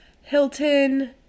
Hilton